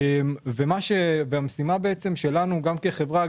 המשימה שלנו כחברה,